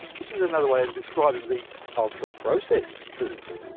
which is another way of describing these ultraprocessed foods.